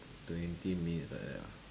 twenty minutes like that ah